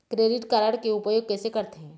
Credit card के उपयोग कैसे करथे?